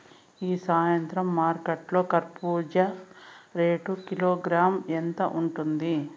ఈ సాయంత్రం మార్కెట్ లో కర్బూజ రేటు కిలోగ్రామ్స్ ఎంత ఉంది?